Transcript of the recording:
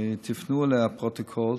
אני מבקש שתפנו לפרוטוקול,